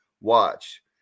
Watch